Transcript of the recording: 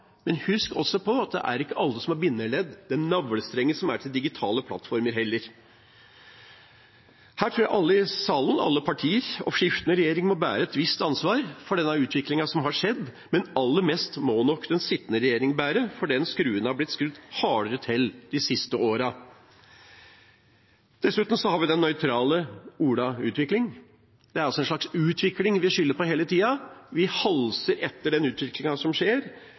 men husk også på at det ikke er alle som har dette bindeleddet, denne «navlestrengen», til digitale plattformer heller. Jeg tror alle i salen, alle partier og skiftende regjeringer må bære et visst ansvar for denne utviklingen, men aller mest må nok den sittende regjeringen bære, for den skruen har blitt skrudd hardere til de siste årene. Dessuten har vi det nøytrale ordet «utvikling». Det er en slags utvikling vi skylder på hele tiden. Vi halser etter den utviklingen som skjer,